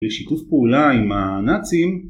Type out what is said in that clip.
לשיתוף פעולה עם הנאצים